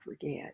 forget